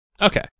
Okay